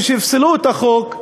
ושיפסלו את החוק.